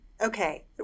Okay